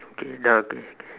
okay the K K